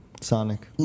Sonic